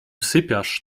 sypiasz